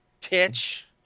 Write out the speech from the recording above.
pitch